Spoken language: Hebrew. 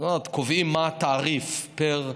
קובעים מה התעריף פר,